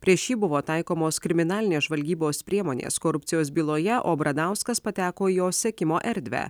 prieš jį buvo taikomos kriminalinės žvalgybos priemonės korupcijos byloje o bradauskas pateko į jo sekimo erdvę